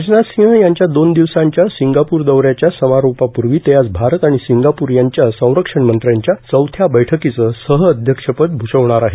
राजनाथ सिंह यांच्या दोन दिवसांच्या सिंगापूर दौऱ्याच्या समारोपापूर्वी ते आज भारत आणि सिंगापूर यांच्या संरक्षणमंत्र्याच्या चौथ्या बैठकीचं सहअध्यक्षपद भूषवणार आहेत